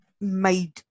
made